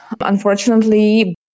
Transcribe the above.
Unfortunately